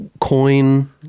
coin